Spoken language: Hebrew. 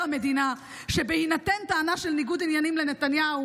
המדינה שבהינתן טענה של ניגוד עניינים לנתניהו,